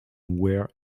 where